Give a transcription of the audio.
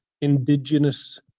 indigenous